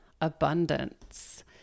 abundance